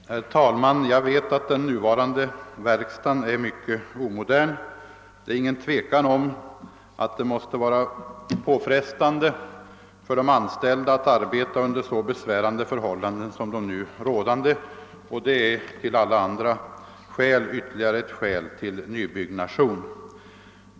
Herr talman! Jag vet att den nuvarande verkstaden i Östersund är mycket omodern. Det måste vara påfrestande för de anställda att arbeta under så besvärande förhållanden som de nu rådande, och detta är ytterligare ett skäl till nybyggnation.